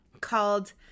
called